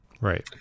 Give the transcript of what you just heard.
Right